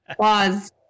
Pause